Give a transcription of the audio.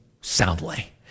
soundly